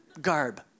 garb